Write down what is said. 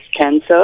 cancer